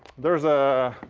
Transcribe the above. there's a